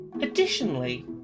Additionally